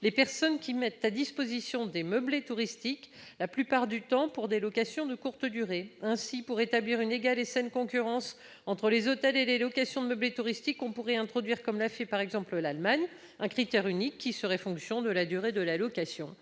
les personnes qui mettent à disposition des meublés touristiques, la plupart du temps pour des locations de courte durée. Ainsi, pour rétablir une égale et saine concurrence entre les hôtels et les locations de meublés touristiques, on pourrait introduire, comme l'a fait l'Allemagne par exemple, un critère unique qui serait fonction de la durée de la location.